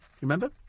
remember